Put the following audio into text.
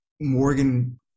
Morgan